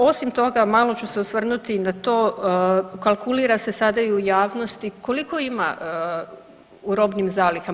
Osim toga, malo ću se osvrnuti na to, kalkulira se sada i u javnosti, koliko ima u robnim zalihama.